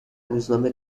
روزنامه